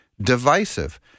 divisive